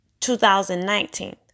2019